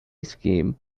scheme